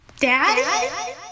Dad